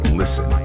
listen